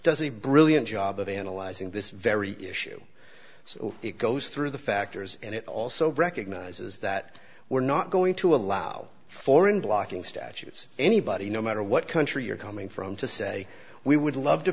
does a brilliant job of analyzing this very issue so it goes through the factors and it also recognizes that we're not going to allow foreign blocking statutes anybody no matter what country you're coming from to say we would love to